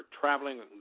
traveling